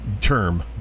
term